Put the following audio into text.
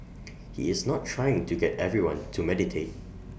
he is not trying to get everyone to meditate